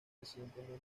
recientemente